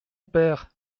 père